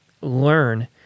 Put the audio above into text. learn